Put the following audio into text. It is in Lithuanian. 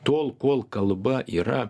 tol kol kalba yra